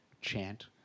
chant